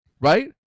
Right